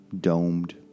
domed